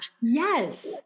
Yes